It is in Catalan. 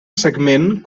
segment